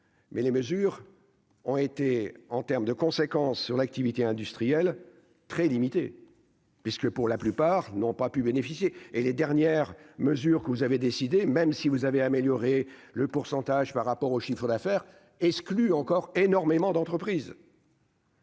mais les mesures ont été en terme de conséquences sur l'activité industrielle très limitée puisque, pour la plupart n'ont pas pu bénéficier, et les dernières mesures que vous avez décidé, même si vous avez amélioré le pourcentage par rapport au chiffre affaire exclut encore énormément d'entreprise.